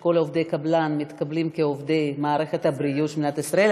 שכל עובדי הקבלן מתקבלים כעובדי מערכת הבריאות של מדינת ישראל.